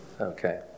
Okay